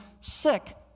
sick